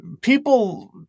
People